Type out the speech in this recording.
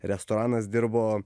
restoranas dirbo